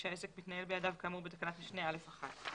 שהעסק מתנהל בידיו כאמור בתקנת משנה (א)(1).